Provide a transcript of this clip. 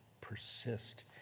persist